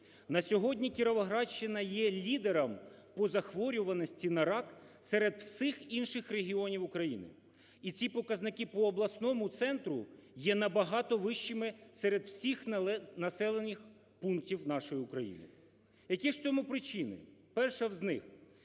На сьогодні Кіровоградщина є лідером по захворюваності на рак серед всіх інших регіонів України. І ці показники по обласному центру є на багато вищими серед всіх населених пунктів нашої України. Які ж в цьому причини? Перша з них –